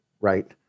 right